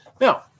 Now